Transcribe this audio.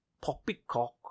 poppycock